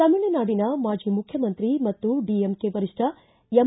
ತಮಿಳುನಾಡಿನ ಮಾಜಿ ಮುಖ್ಯಮಂತ್ರಿ ಮತ್ತು ಡಿಎಂಕೆ ವರಿಷ್ಠ ಎಂ